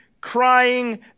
crying